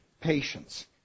patience